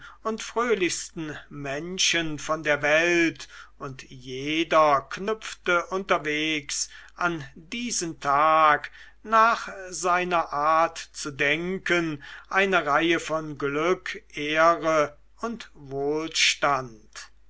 und fröhlichsten menschen von der welt und jeder knüpfte unterwegs an diesen tag nach seiner art zu denken eine reihe von glück ehre und wohlstand